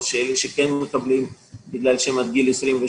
או שאלה שכן מקבלים בגלל שהם עד גיל 28,